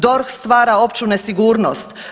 DORH stvara opću nesigurnost.